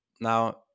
now